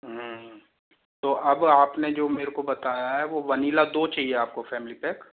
तो अब आपने जो मेरे को बताया है वो वनीला दो चाहिए आपको फ़ैमिली पैक